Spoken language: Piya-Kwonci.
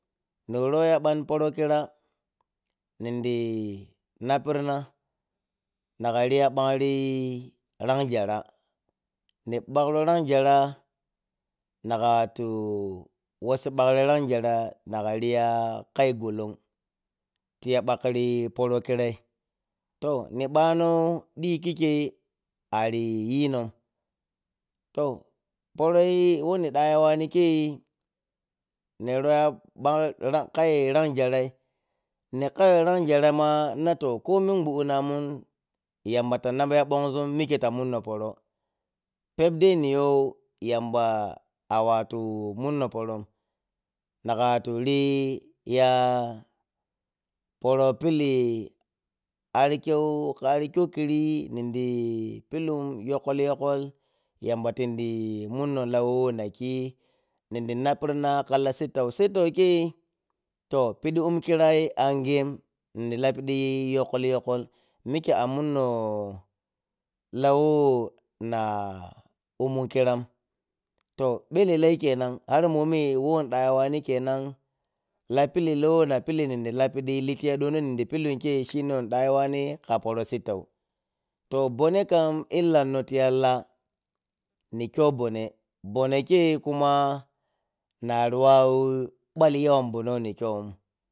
Ni row ya ɓan poro khira nindi na ppena nakha ri ya ɓaghi langyarah ni ɓaghrow langyaruh, nakha watu wassi pari ɓaghri langyarah nakha riya khayi gollong ti ya bak ɓakori poro khirayi toh ni ɓanow dii khikkyeyi ari bi nom to poroyi uroni da yuwani kyeyi, ni row ba bug ra khanyi langguahyi ni khago langyarayi wa na to ko mun gbudunuman yamba ta na ɓ ya a ɓongzun mikye ta munno poro, phap dai ni yow yamba a waltu munno porom, nakha wattu niya poro pili arkyau kha kyokkiri nindi pillun yokolyokol yamba tindi munno la wehwoniri khi nindi haparena kha la sittau, sittau kyeyi to piɗi umm khirayi anghiyem ni lapidiyi yokol-yokol mikyei a munno la wehwan na ummu khiram, to ɓelellayi kenan har momi woni da yu wani kenan la pilli lah wo ni la pili nindi li yad ono kyenyi shine wo ni da yuwani kha poro sittaw to bonneh kham illanno tiya la ni kyow bonneh, wawu bal yawan bonneh wo ni kyo wim.